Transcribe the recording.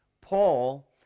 paul